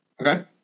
Okay